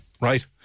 right